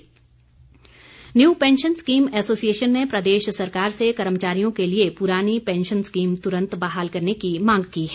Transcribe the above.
NPS new pension scheme association ने प्रदेश सरकार से कर्मचारियों के लिए पुरानी पैंशन स्कीम तुरंत बहाल करने की मांग की है